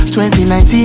2019